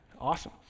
Awesome